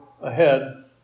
ahead